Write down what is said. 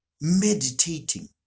meditating